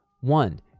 One